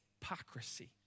hypocrisy